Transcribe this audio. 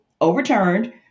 overturned